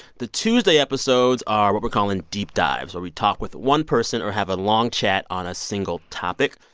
the tuesday episodes are what we're calling deep dives, where we talk with one person or have a long chat on a single topic.